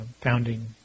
founding